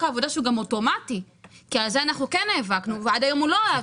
העבודה שהוא גם אוטומטי כי על זה כן נאבקנו ועד היום הוא לא היה.